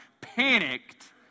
panicked